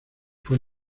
fue